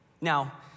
Now